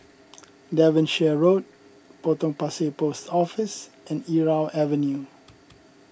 Devonshire Road Potong Pasir Post Office and Irau Avenue